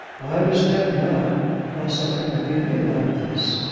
i understand now how something may be made out of this.